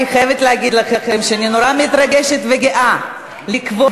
אני חייבת להגיד לכם שאני נורא מתרגשת וגאה לקבוע